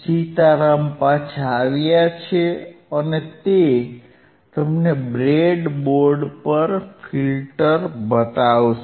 સીતારામ પાછા આવ્યા છે અને તે તમને બ્રેડબોર્ડ પર ફિલ્ટર બતાવશે